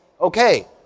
Okay